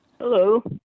Hello